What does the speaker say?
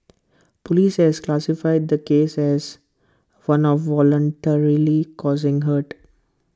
Police have classified the case as one of voluntarily causing hurt